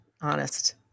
honest